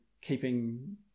keeping